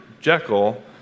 Jekyll